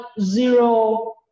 zero